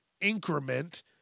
increment